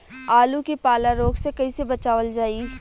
आलू के पाला रोग से कईसे बचावल जाई?